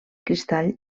cristall